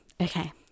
Okay